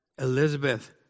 Elizabeth